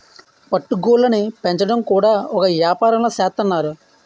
పట్టు గూళ్ళుని పెంచడం కూడా ఒక ఏపారంలా సేత్తన్నారు